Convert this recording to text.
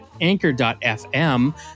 anchor.fm